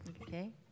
Okay